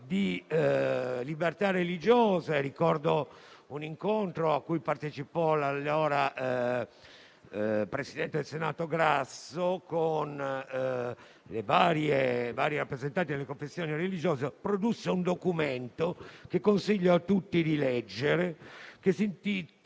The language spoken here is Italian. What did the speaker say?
di libertà religiosa ricorda un incontro a cui partecipò l'allora presidente del Senato Grasso con le varie rappresentanze delle confessioni religiose, che produsse un documento che consiglio a tutti di leggere dal titolo